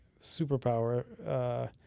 superpower